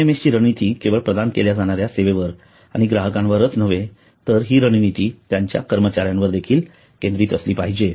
पीएमएसची रणनीती केवळ प्रदान केल्या जाणाऱ्या सेवेवर आणि ग्राहकांवरच नव्हे तर हि रणनीती त्याच्या कर्मचार्यांवर देखील केंद्रित असली पाहिजे